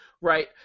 right